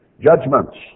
judgments